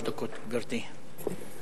4891, 4892, 4898, 4902, 4905, 4908, 4914 ו-4916.